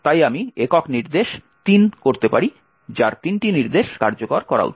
তাই আমি একক নির্দেশ 3 করতে পারি যার 3টি নির্দেশ কার্যকর করা উচিত